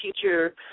future